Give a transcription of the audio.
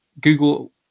Google